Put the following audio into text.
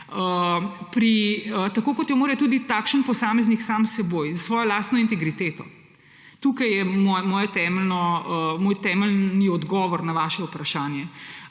tako kot jo mora tudi takšen posameznik sam s seboj, s svojo lastno integriteto. Tukaj je moj temeljni odgovor na vaše vprašanje.